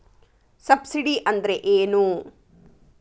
Subsidy ಅಂದ್ರೆ ಏನು?